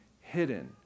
hidden